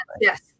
Yes